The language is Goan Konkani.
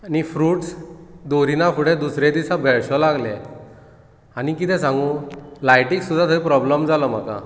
आनी फ्रुटस दवरिना फुडें दुसरे दिसा बेळशेवंक लागले आनी कितें सांगू लायटीक सुद्दां थंय प्रॉब्लेम जालो म्हाका